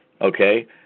okay